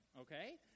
Okay